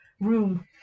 room